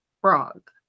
frog